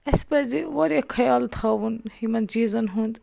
اَسہِ پَزِ وارِیاہ خیال تھاوُن یِمن چیٖزن ہُنٛد